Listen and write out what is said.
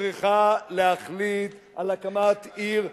היא שהיתה צריכה להחליט על הקמת עיר,